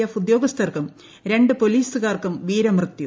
F ഉദ്യോഗസ്ഥരും രണ്ട് പോലീസുകാർക്കും വീരമൃത്യു